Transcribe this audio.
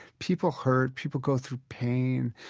people hurt, people go through pain,